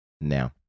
Now